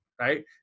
right